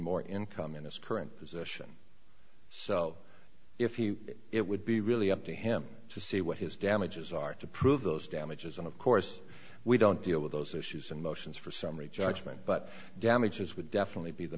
more income in his current position so if he it would be really up to him to see what his damages are to prove those damages and of course we don't deal with those issues and motions for summary judgment but damages would definitely be the